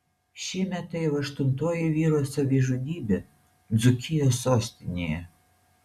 šiemet tai jau aštuntoji vyro savižudybė dzūkijos sostinėje